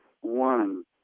one